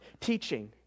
teaching